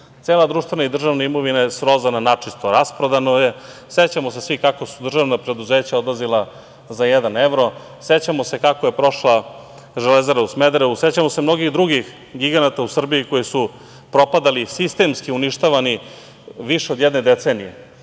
Cela društvena i državna imovina je srozana načisto, rasprodano je. Sećamo se svi kako su državna preduzeća odlazila za jedan evro, sećamo se kako je prošla „Železara“ u Smederevu, sećamo se mnogih drugih giganata u Srbiji koji su propadali, sistemski uništavani, više od jedne decenije.